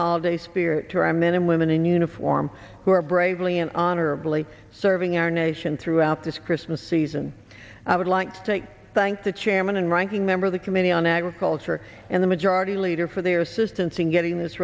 holiday spirit to our men and women in uniform who are bravely and honorably serving our nation throughout this christmas season i would like to thank the chairman and ranking member of the committee on agriculture and the majority leader for their assistance in getting this